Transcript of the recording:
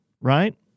Right